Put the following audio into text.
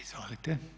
Izvolite.